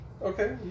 Okay